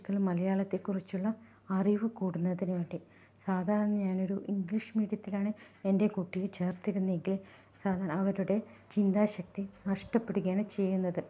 കുട്ടികൾ മലയാളത്തെ കുറിച്ചുള്ള അറിവ് കൂടുന്നതിന് വേണ്ടി സാധാരണ ഞാനൊരു ഇംഗ്ലീഷ് മീഡിയത്തിലാണ് എൻ്റെ കുട്ടിയെ ചേർത്തിരുന്നത് എങ്കിൽ സാ അവരുടെ ചിന്താശക്തി നഷ്ടപ്പെടുകയാണ് ചെയ്യുന്നത്